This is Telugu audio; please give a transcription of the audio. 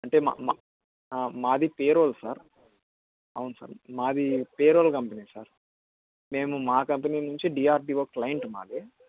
అంటే మ మ మాది పేరోల్ సార్ అవును సార్ మాది పేరోల్ కంపెనీ సార్ మేము మా కంపెనీ నుంచి డిఆర్డిఓ క్లైంట్ మాది